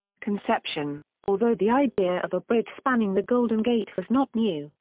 conception although the idea of a bridge spanning the golden gate was not new,